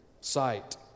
sight